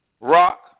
rock